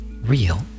real